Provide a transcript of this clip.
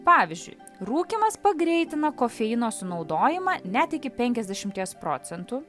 pavyzdžiui rūkymas pagreitina kofeino sunaudojimą net iki penkiasdešimties procentų